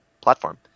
platform